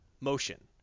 motion